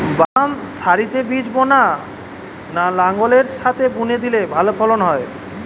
বাদাম সারিতে বীজ বোনা না লাঙ্গলের সাথে বুনে দিলে ভালো ফলন হয়?